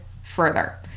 further